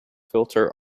filter